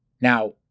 Now